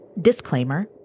Disclaimer